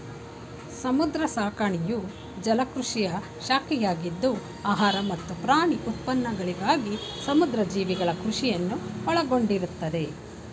ಸಮುದ್ರ ಸಾಕಾಣಿಕೆಯು ಜಲಕೃಷಿಯ ಶಾಖೆಯಾಗಿದ್ದು ಆಹಾರ ಮತ್ತು ಪ್ರಾಣಿ ಉತ್ಪನ್ನಗಳಿಗಾಗಿ ಸಮುದ್ರ ಜೀವಿಗಳ ಕೃಷಿಯನ್ನು ಒಳಗೊಂಡಿರ್ತದೆ